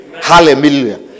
Hallelujah